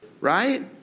right